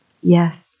Yes